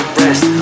rest